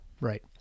right